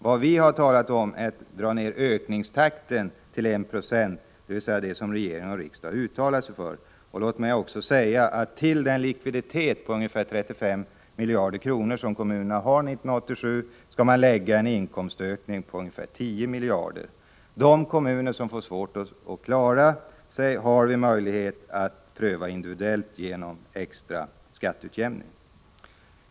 Vad vi har föreslagit är att man skall dra ned ökningstakten till 1 90, dvs. det som regering och riksdag har uttalat sig för. Till den likviditet på ungefär 35 miljarder kronor som kommunerna har 1987 skall man också lägga en inkomstökning på ca 10 miljarder. De kommuner som får svårt att klara sig har vi möjlighet att hjälpa individuellt genom extra skatteutjämning.